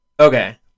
Okay